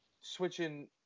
switching